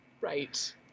Right